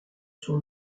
son